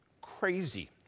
Crazy